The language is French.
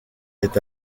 est